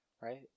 right